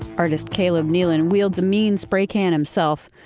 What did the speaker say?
artist caleb nelan wields a mean spray can himself,